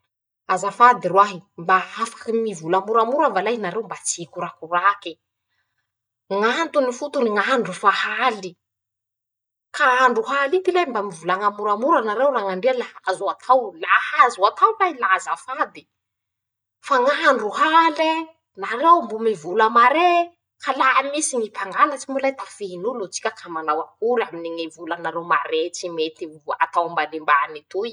Azafady roahy, mba afaky mivola moramora va lahy nareo, mba tsy hikorakorake, ñ'antony fotony, ñ'andro fa haly, ka andro haly ity le mba mivolaña moramora nareo rañandria la azo atao, laha azo atao lay la azafady, fa ñ'andro hale, nareo mbo mivola maré, ka laha misy ñy mpangalatsy moa lay tafihin'olo tsika ka manao akory, aminy ñy volanareo maré, tsy mety vo atao ambanimbany toy?